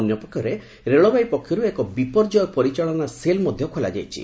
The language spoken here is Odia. ଅନ୍ୟ ପକ୍ଷରେ ରେଳବାଇ ପକ୍ଷରୁ ଏକ ବିପର୍ଯ୍ୟୟ ପରିଚାଳନା ସେଲ୍ ମଧ୍ୟ ଖୋଲା ଯାଇଛି